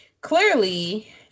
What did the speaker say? clearly